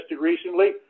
recently